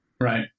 Right